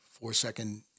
four-second